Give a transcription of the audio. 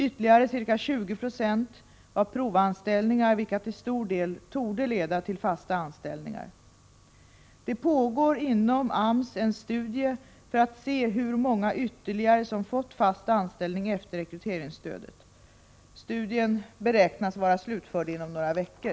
Ytterligare ca 20 96 var provanställningar, vilka till stor del torde leda till fasta anställningar. Det pågår inom AMS en studie för att se hur många ytterligare som fått fast anställning efter rekryteringsstödet. Studien beräknas vara slutförd inom några veckor.